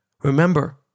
Remember